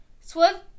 Swift